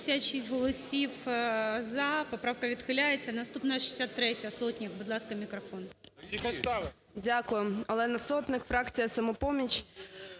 Дякую. Олена Сотник, фракція "Самопоміч".